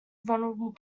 vulnerable